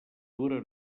dura